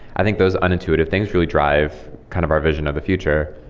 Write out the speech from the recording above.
i think those unintuitive things really drive kind of our vision of the future,